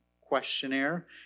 questionnaire